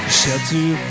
shelter